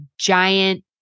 giant